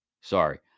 Sorry